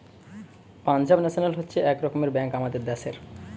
Punjab national হচ্ছে এক রকমের ব্যাঙ্ক আমাদের দ্যাশের